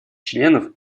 членов